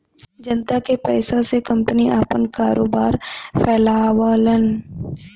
जनता के पइसा से कंपनी आपन कारोबार फैलावलन